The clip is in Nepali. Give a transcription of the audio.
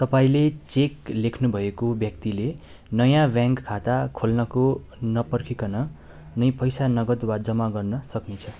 तपाईँले चेक लेख्नुभएको व्यक्तिले नयाँ ब्याङ्क खाता खोल्नको नपर्खीकन नै पैसा नगद वा जम्मा गर्न सक्नेछ